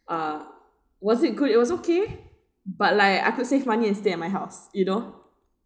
uh was it good it was okay but like I could save money and stay at my house you know